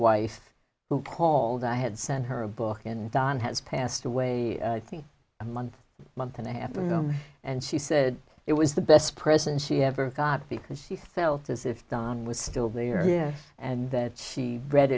wife who called i had sent her a book and don has passed away i think a month month and a half to room and she said it was the best present she ever got because she felt as if don was still there here and that she read